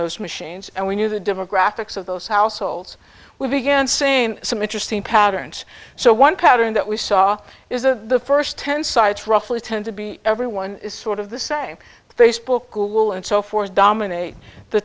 those machines and we knew the demographics of those households we began seeing some interesting patterns so one pattern that we saw is that the first ten sites roughly tend to be everyone is sort of the same facebook google and so forth dominate the